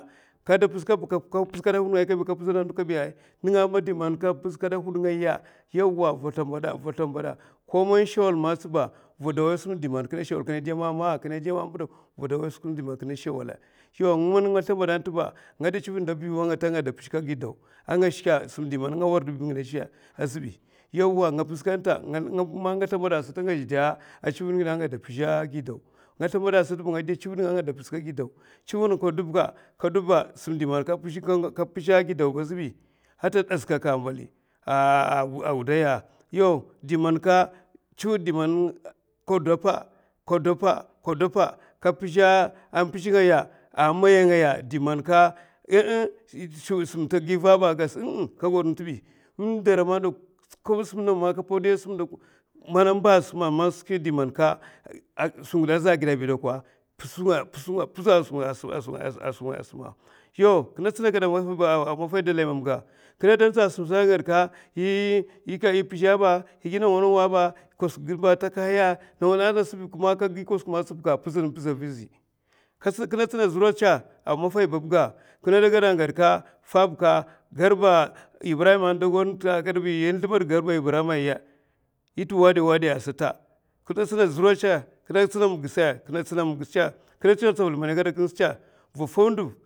Kada pizh kadba ka pizha na hud ngai kabi ka pizha na ndau kabiya pizh kada, hud ninga mand’ man ngaya, yawa ra slimbada, koman shawa man ba va de wai simdi man kina shawala nga de tsivia na biyu inta a nga de pizhkagi daw indi man nga wardibi ngi dabi azha azibi man nga slimbada sata a nga za du tsivid ngida nga pizha a gidawtsivid ngide kadiba man ka simdi man ka pizha ka ppizh gidaw ata daz kaka a mbali a wudaiya’a yaw diman ka tsivid diman ka deppa ka deppa, ka pizha in pizh nga a maya ngaya itman ka e’e simta a giva ba aka gad sa. Ka gad tibbi indara man dak ko a sim nawa man ka podiya a sima dak mamana mba sima’a. skwi ingida’zha gidati dakwa pizha a skwi nga yaw kina tsina kada a maffai dalai mamga kina itu nza a sim stad a kina gad ka ai pizhaba i gi nawa nawa kwasak ngid ba atahaya man ka gi kwasak mas aba pizhan pizha a vizi kina tsina zura tsa a maffai babga kina gwada gad ka sa bakka garba, ibrahim a du gwad ata aka gad bi yi slimbadga ibrahim aya. Ita wadi wadi a sata kina tsina zura tsa kina tsina migtsa kina tsina migtsai kina tsina tsavik man igada kinsi tsa vina taw ndiv.